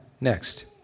next